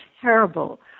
terrible